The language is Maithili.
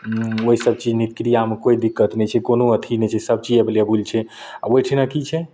ओइ सब चीजमे नित्य क्रियामे कोइ दिक्कत नहि छै कोनो अथी नहि छै सब चीज एवलेबल छै आओर ओइठिना की छै